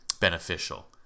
beneficial